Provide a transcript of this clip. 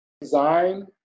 Design